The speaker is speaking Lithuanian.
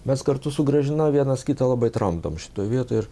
mes kartu su gražina vienas kitą labai tramdom šitoj vietoj ir